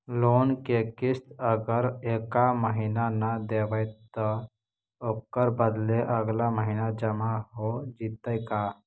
Loan के किस्त अगर एका महिना न देबै त ओकर बदले अगला महिना जमा हो जितै का?